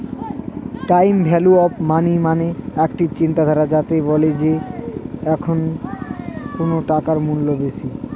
time value of money মানে একটা চিন্তাধারা যাতে বলে যে এখন কোন টাকার মূল্য বেশি